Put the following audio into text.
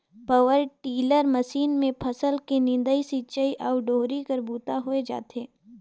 power tiller machine मे फसल के निंदई, सिंचई अउ डोहरी कर बूता होए जाथे